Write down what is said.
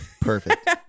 Perfect